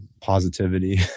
positivity